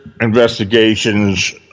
investigations